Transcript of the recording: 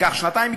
ייקח שנתיים,